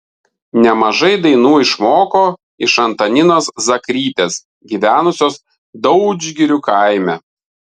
nemažai dainų išmoko iš antaninos zakrytės gyvenusios daudžgirių kaime